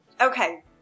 Okay